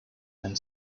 and